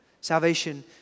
Salvation